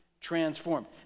transformed